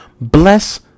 bless